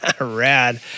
Rad